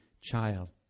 child